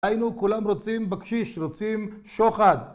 היינו כולם רוצים בקשיש, רוצים שוחד